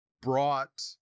brought